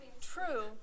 True